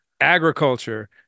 Agriculture